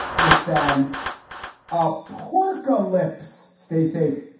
it's an apocalypse. stay safe,